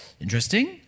interesting